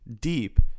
deep